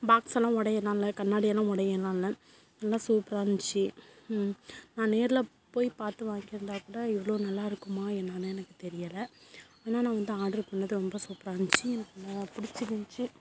பாக்ஸெல்லாம் உடையலாம் இல்லை கண்ணாடி எல்லாம் உடையலாம் இல்லை நல்லா சூப்பராக இருந்துச்சு நான் நேரில் போய் பார்த்து வாங்கியிருந்தா கூட இவ்வளோ நல்லாயிருக்குமா என்னென்னு எனக்கு தெரியலை ஆனால் நான் வந்து ஆர்ட்ரு பண்ணிணது ரொம்ப சூப்பராக இருந்துச்சு எனக்கு பிடிச்சிருந்துச்சி